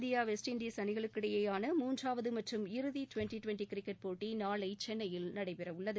India West Indies அணிகளுக்கிடையேயான மூன்றாவது மற்றும் இறுதி டுவெண்டி டுவெண்டி கிரிக்கெட் போட்டி நாளை சென்னையில் நடைபெறவுள்ளது